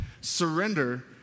Surrender